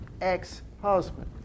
ex-husband